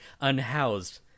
unhoused